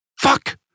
Fuck